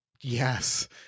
Yes